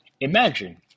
Imagine